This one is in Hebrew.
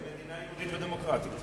וזוהי מדינה יהודית ודמוקרטית.